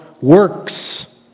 works